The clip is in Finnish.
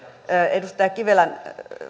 edustaja kivelän